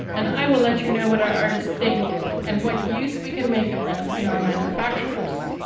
and i will let you know what our artists think and what use we can make of them in our manufactures.